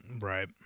Right